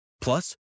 Plus